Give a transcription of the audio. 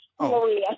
Maria